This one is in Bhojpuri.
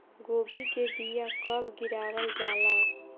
गोभी के बीया कब गिरावल जाला?